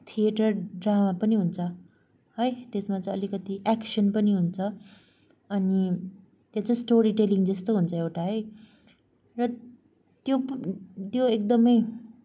theatre drama पनि हुन्छ है त्यसमा चाहिँ अलिकति एक्सन पनि हुन्छ अनि त्यो चाहिँ स्टोरी टेलिङ जस्तो हुन्छ एउटा है र त्यो त्यो एकदमै